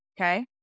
Okay